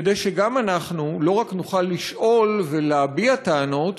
כדי שגם אנחנו לא רק נוכל לשאול ולהביע טענות,